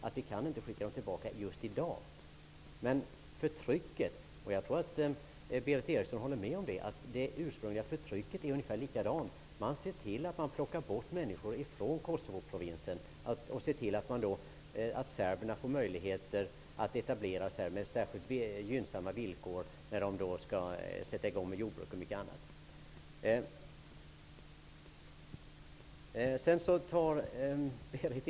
Men det ursprungliga förtrycket -- och det tror jag att Berith Eriksson håller med om -- är ungefär likadant. Människor plockas bort från Kosovoprovinsen och serber får möjlighet att etablera sig där på särskilt gynnsamma villkor när de skall sätta i gång med bl.a. jordbruk.